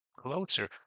closer